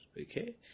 okay